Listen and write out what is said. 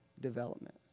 development